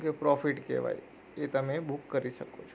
કે પ્રોફીટ કહેવાય એ તમે બૂક કરી શકો છો